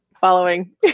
Following